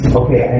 okay